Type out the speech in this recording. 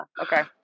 okay